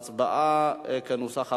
הצבעה כנוסח הוועדה.